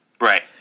Right